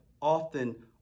often